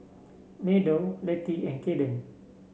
Meadow Letty and Kaden